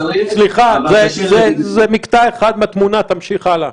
סליחה, אבל זה מקטע אחד בתמונה, תמשיך הלאה.